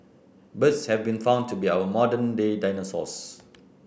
birds have been found to be our modern day dinosaurs